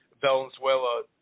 Venezuela